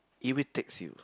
irritates you